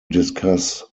discuss